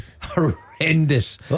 Horrendous